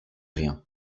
rien